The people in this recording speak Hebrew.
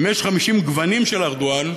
אם יש 50 גוונים של ארדואן,